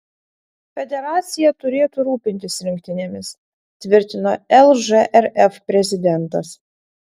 federacija turėtų rūpintis rinktinėmis tvirtino lžrf prezidentas